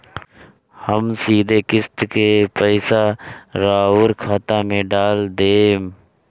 हम सीधे किस्त के पइसा राउर खाता में डाल देम?